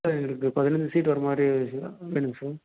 sir எங்களுக்கு பதினஞ்சு seat வர மாதிரி வேணும் சார் வேணுங்க சார்